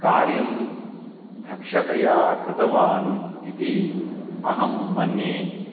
कार्यं दक्षतया कृतवान् इति अहं मन्ये